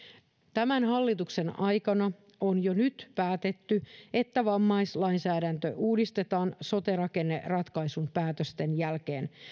tämän hallituksen aikana on jo nyt päätetty että vammaislainsäädäntö uudistetaan sote rakenneratkaisun päätösten jälkeen